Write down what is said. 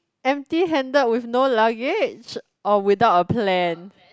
empty handed with no luggage or without a plan